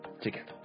together